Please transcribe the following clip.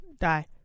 die